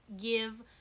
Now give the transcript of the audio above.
give